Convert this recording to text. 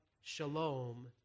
Shalom